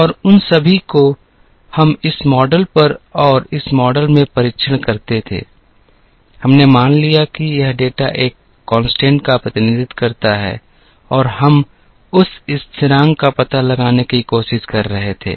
और उन सभी को हम इस मॉडल पर और इस मॉडल में परीक्षण करते थे हमने मान लिया कि यह डेटा एक स्थिरांक का प्रतिनिधित्व करता है और हम उस स्थिरांक का पता लगाने की कोशिश कर रहे थे